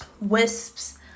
Wisps